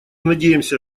надеемся